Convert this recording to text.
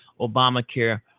Obamacare